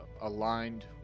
aligned